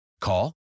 Call